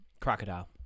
Crocodile